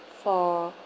for